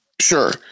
Sure